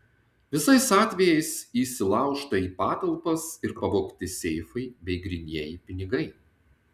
visais atvejais įsilaužta į patalpas ir pavogti seifai bei grynieji pinigai